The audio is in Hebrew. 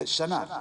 במשך שנה.